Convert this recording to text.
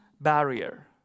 barrier